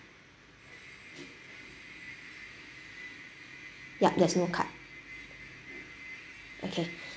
yup there's no card okay